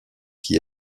qui